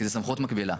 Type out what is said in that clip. כי זו סמכות מקבילה.